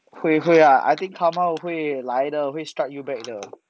会会啊 I think karma 会来的会 strive you back 的